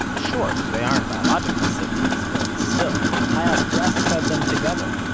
sure, they aren't biological siblings, but still, chaya breastfed them together,